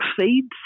feeds